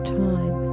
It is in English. time